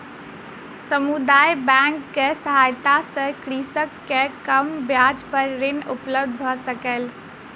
समुदाय बैंकक सहायता सॅ कृषक के कम ब्याज पर ऋण उपलब्ध भ सकलै